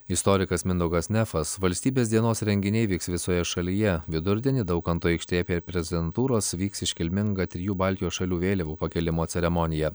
istorikas mindaugas nefas valstybės dienos renginiai vyks visoje šalyje vidurdienį daukanto aikštėje prie prezidentūros vyks iškilminga trijų baltijos šalių vėliavų pakėlimo ceremonija